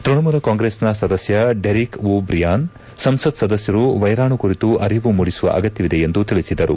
ತ್ಸಣಮೂಲ ಕಾಂಗ್ರೆಸ್ನ ಸದಸ್ಯ Derek O'Brien ಸಂಸತ್ ಸದಸ್ಯರು ವೈರಾಣು ಕುರಿತು ಅರಿವು ಮೂಡಿಸುವ ಅಗತ್ಯವಿದೆ ಎಂದು ತಿಳಿಸಿದರು